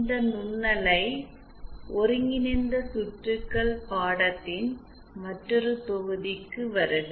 இந்த "நுண்ணலை ஒருங்கிணைந்த சுற்றுகள்" பாடத்தின் மற்றொரு தொகுதிக்கு வருக